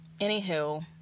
anywho